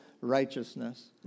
righteousness